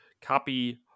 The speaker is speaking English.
copy